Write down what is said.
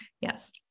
yes